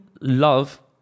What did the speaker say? love